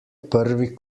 prvi